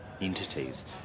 entities